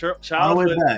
Childhood